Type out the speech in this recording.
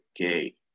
okay